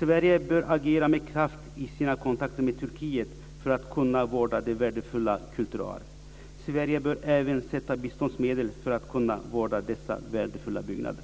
Sverige bör agera med kraft i sina kontakter med Turkiet för att kunna vårda det värdefulla kulturarvet. Sverige bör även avsätta biståndsmedel för att kunna vårda dessa värdefulla byggnader.